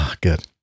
Good